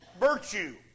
virtue